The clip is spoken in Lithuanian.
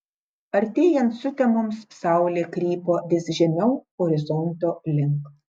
artėjant sutemoms saulė krypo vis žemiau horizonto link